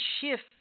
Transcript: shift